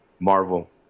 Marvel